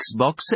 Xbox